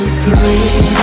free